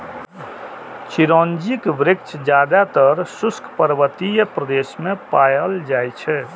चिरौंजीक वृक्ष जादेतर शुष्क पर्वतीय प्रदेश मे पाएल जाइ छै